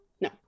No